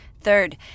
Third